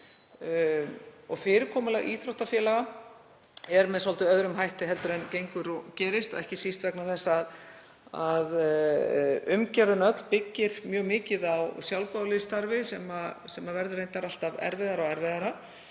og fyrirkomulag íþróttafélaga er með svolítið öðrum hætti en gengur og gerist, ekki síst vegna þess að umgjörðin öll byggist mjög mikið á sjálfboðaliðastarfi, sem verður reyndar alltaf erfiðara og erfiðara.